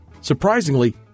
Surprisingly